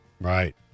Right